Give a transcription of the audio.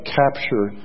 capture